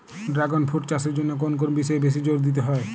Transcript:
Dragon fruit চাষের জন্য কোন কোন বিষয়ে বেশি জোর দিতে হয়?